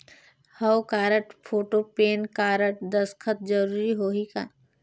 हव card, photo, PAN card, दस्खत जरूरी होही का?